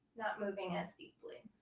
not moving as deeply.